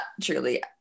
Truly